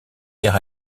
car